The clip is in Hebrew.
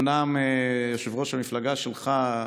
אומנם יושב-ראש המפלגה שלך,